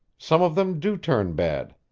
some of them do turn bad.